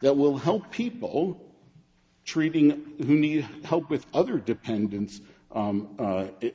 that will help people treating who need help with other dependants